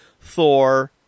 Thor